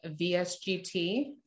VSGT